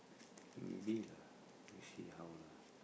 maybe lah we see how lah